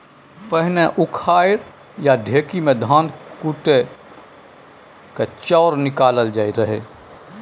पहिने उखरि या ढेकी मे धान कुटि कए चाउर निकालल जाइ रहय